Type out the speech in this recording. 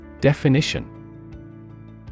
Definition